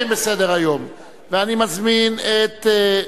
מטרות החינוך),